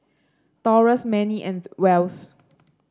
Taurus Mannie and Wells